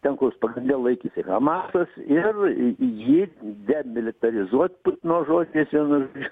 ten kur pagrinde laikėsi hamasas ir jį demilitarizuot putino žodžiais vienu žodžiu